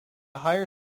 higher